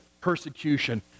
persecution